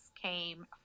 came